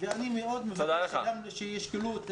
אני מבקש שישקלו.